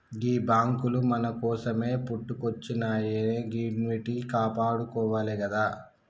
గీ బాంకులు మన కోసమే పుట్టుకొచ్జినయాయె గివ్విట్నీ కాపాడుకోవాలె గదా